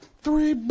three